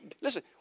listen